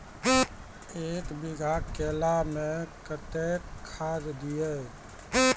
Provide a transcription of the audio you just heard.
एक बीघा केला मैं कत्तेक खाद दिये?